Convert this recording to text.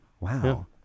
Wow